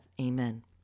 Amen